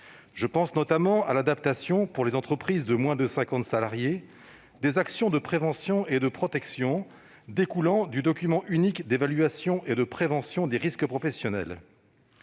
apportées, notamment l'adaptation, pour les entreprises de moins de cinquante salariés, des actions de prévention et de protection découlant du document unique d'évaluation et de prévention des risques professionnels.